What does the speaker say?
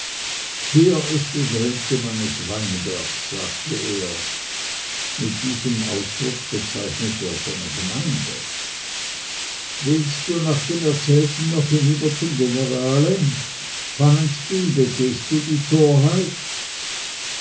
hier ist die grenze meines weinbergs sagte er mit diesem ausdrucke bezeichnete er seine gemeinde willst du nach dem erzählten noch hinüber zum generale pfannenstiel begehst du die